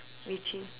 which is